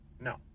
No